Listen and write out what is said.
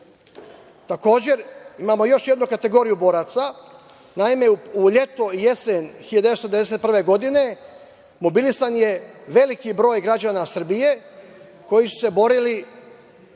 Krajini. Takođe, imamo još jednu kategoriju boraca. Naime u leto, jesen 1991. godine, mobilisan je veliki broj građana Srbije, koji su se borili